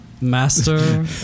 master